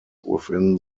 within